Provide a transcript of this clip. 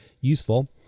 useful